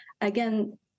Again